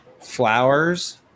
flowers